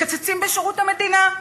מקצצים בשירות המדינה.